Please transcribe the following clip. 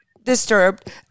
disturbed